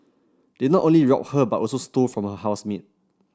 they not only robbed her but also stole from her housemate